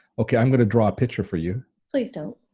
okay, i'm gonna draw a picture for you. please don't.